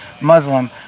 Muslim